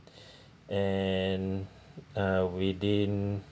and uh within